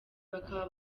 bakaba